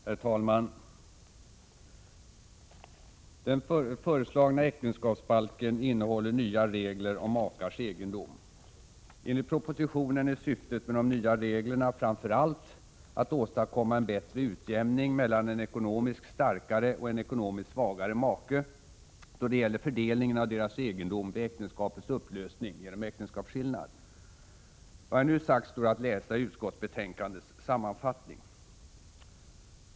Herr talman! Den föreslagna äktenskapsbalken innehåller nya regler om makars egendom. Enligt propositionen är syftet med de nya reglerna ”framför allt att åstadkomma en bättre utjämning mellan en ekonomiskt starkare och en ekonomiskt svagare make när det gäller fördelningen av deras egendom vid äktenskapets upplösning genom äktenskapsskillnad”. Vad jag nu sagt står att läsa i utskottsbetänkandets sammanfattning.